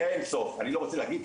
אני לא רוצה להגיד,